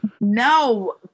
No